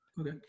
Okay